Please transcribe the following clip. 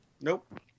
Nope